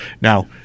Now